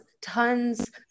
tons